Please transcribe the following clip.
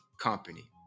company